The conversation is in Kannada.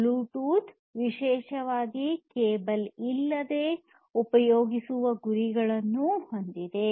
ಬ್ಲೂಟೂತ್ ವಿಶೇಷವಾಗಿ ಕೇಬಲ ಇಲ್ಲದೆ ಉಪಯೋಗಿಸುವ ಗುರಿಯನ್ನು ಹೊಂದಿದೆ